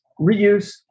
reuse